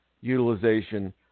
utilization